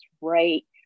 right